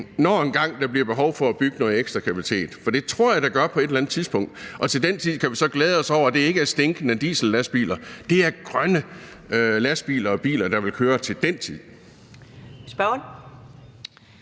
der engang bliver behov for at bygge noget ekstra kapacitet – for det tror jeg at der bliver på et eller andet tidspunkt – og til den tid kan vi så glæde os over, at det ikke er stinkende diesellastbiler. Det er grønne lastbiler og biler, der vil køre til den tid.